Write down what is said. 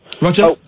Roger